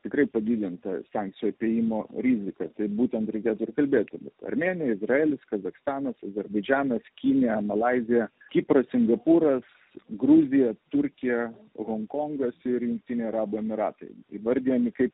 tikrai padidintą sankcijų apėjimo rizika tai būtent reikėtų ir kalbėt tada armėnija izraelis kazachstanas azerbaidžanas kinija malaizija kipras singapūras gruzija turkija honkongas ir jungtiniai arabų emiratai įvardijami kaip